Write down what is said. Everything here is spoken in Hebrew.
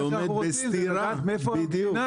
אבל בדיוק מה שאנחנו רוצים זה לדעת מאיפה הגבינה,